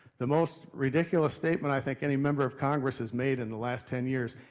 the most ridiculous statement i think any member of congress has made in the last ten years,